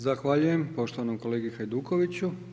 Zahvaljujem poštovanom kolegi Hajdukoviću.